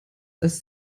als